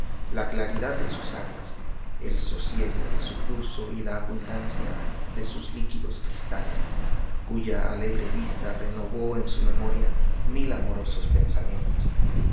la claridad de sus aguas el sosiego de su curso y la abundancia de sus líquidos cristales cuya alegre vista renovó en su memoria mil amorosos pensamientos